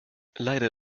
leider